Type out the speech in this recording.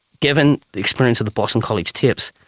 given the experience of the boston college tapes,